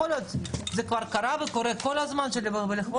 וזה כבר קרה וקורה כל הזמן שבעקבות